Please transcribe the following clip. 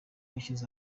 yashyize